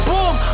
Boom